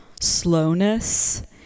slowness